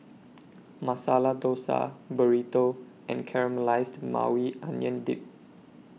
Masala Dosa Burrito and Caramelized Maui Onion Dip